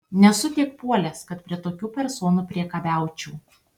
nesu tiek puolęs kad prie tokių personų priekabiaučiau